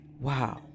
wow